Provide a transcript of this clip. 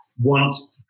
want